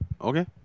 okay